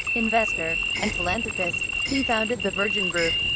investor and philanthropist. he founded the virgin group,